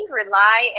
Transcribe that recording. rely